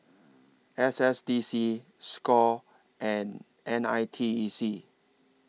S S D C SCORE and N I T E C